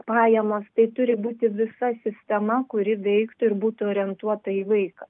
pajamos tai turi būti visa sistema kuri veiktų ir būtų orientuota į vaiką